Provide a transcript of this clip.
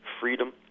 freedom